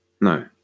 No